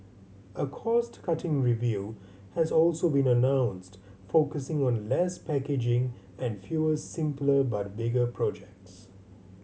a cost cutting review has also been announced focusing on less packaging and fewer simpler but bigger projects